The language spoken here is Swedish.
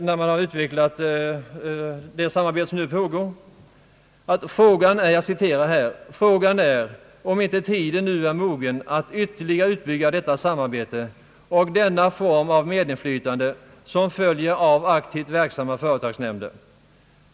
Efter att ha berört det samarbete som nu äger rum säger nämligen motionärerna: »Frågan är om inte ti den nu är mogen att ytterligare utbygga detta samarbete och denna form av medinflytande som följer av aktivt verksamma företagsnämnder.